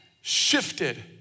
shifted